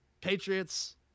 Patriots